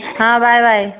ହଁ bye bye